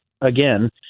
again